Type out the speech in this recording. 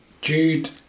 Jude